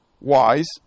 wise